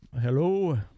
Hello